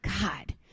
God